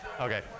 okay